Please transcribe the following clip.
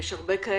יש הרבה כאלה.